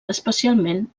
especialment